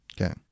Okay